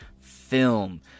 film